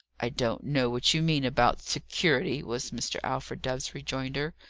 i don't know what you mean about security, was mr. alfred dove's rejoinder.